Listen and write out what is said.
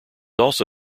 also